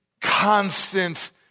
constant